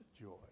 joy